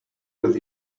with